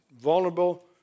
vulnerable